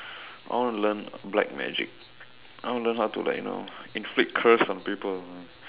I want to learn black magic I want to learn how to like you know inflict curse on people